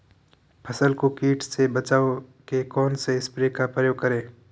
फसल को कीट से बचाव के कौनसे स्प्रे का प्रयोग करें?